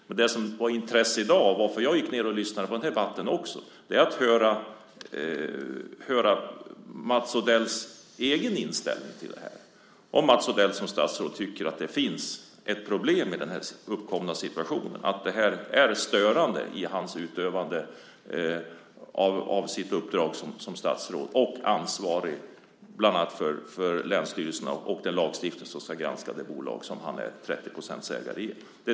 Men det som var av intresse i dag och som gjorde att jag gick hit för att lyssna på debatten var att jag ville höra Mats Odells egen inställning - om Mats Odell som statsråd tycker att det finns ett problem i den uppkomna situationen, att detta är störande i utövandet av hans uppdrag som statsråd och ansvarig bland annat för länsstyrelserna och den lagstiftning med vilken det bolag han är 30-procentig ägare i ska granskas.